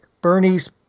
Bernie's –